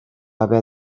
haver